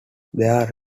these